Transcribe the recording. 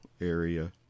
area